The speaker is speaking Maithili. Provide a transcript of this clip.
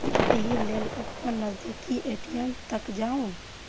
एहि लेल अपन नजदीकी ए.टी.एम तक जाउ